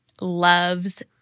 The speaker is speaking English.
loves